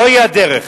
זוהי הדרך.